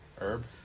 Herb